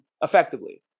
effectively